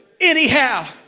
anyhow